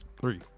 Three